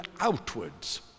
outwards